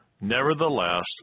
Nevertheless